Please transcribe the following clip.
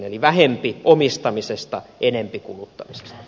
eli vähempi omistamisesta enempi kuluttamisesta